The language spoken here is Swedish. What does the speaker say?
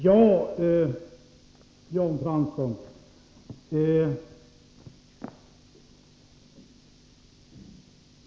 Herr talman!